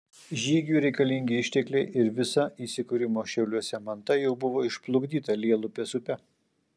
žygiui reikalingi ištekliai ir visa įsikūrimo šiauliuose manta jau buvo išplukdyta lielupės upe